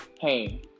hey